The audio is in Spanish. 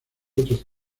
otros